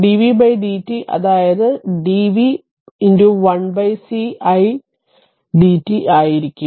അതിനാൽ dvdt അതായത് dv 1cidt ആയിരിക്കും